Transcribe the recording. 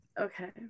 okay